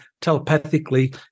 telepathically